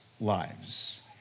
lives